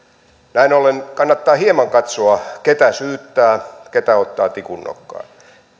näin ollen kannattaa hieman katsoa ketä syyttää kenet ottaa tikun nokkaan